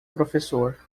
professor